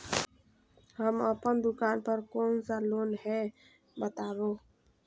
हम अपन दुकान पर कोन सा लोन हैं बताबू?